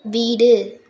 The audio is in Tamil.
வீடு